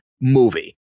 movie